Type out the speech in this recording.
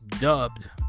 dubbed